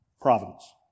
Providence